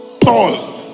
Paul